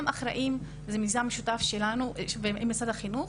זה מיזם משותף שלנו ושל משרד החינוך.